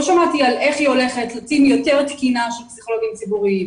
לא שמעתי על איך היא הולכת --- יותר תקינה של פסיכולוגים ציבוריים,